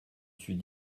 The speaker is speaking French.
suis